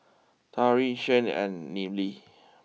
Tyrin Shane and Neely